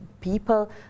people